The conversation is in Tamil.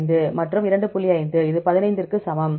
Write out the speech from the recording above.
5 இது 15 க்கு சமம்